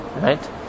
Right